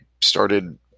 started